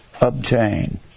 obtain